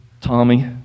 Tommy